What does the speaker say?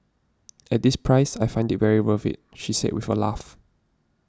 at this price I find it very worth it she said with a laugh